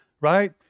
right